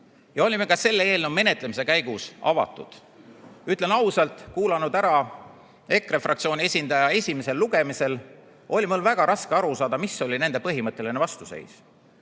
ja olime ka selle eelnõu menetlemise käigus avatud. Ütlen ausalt, kuulanud ära EKRE fraktsiooni esindaja esimesel lugemisel, oli mul väga raske aru saada, mis oli nende põhimõtteline vastuseis.